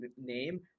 name